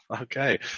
Okay